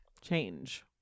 change